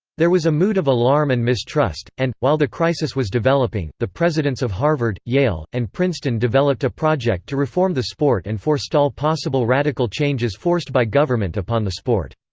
there was a mood of alarm and mistrust, and, while the crisis was developing, the presidents of harvard, yale, and princeton developed a project to reform the sport and forestall possible radical changes forced by government upon the sport.